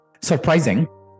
Surprising